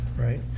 right